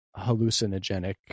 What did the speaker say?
hallucinogenic